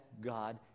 God